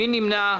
מי נמנע?